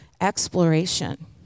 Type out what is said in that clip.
exploration